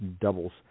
doubles